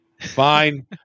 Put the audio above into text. Fine